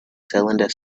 cylinder